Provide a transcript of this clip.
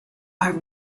are